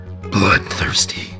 bloodthirsty